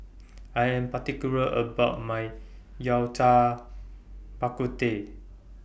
I Am particular about My Yao Cai Bak Kut Teh